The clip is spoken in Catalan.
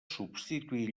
substituir